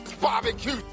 Barbecue